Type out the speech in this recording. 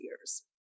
years